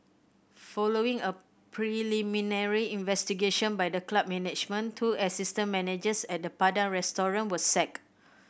following a preliminary investigation by the club management two assistant managers at the Padang Restaurant were sacked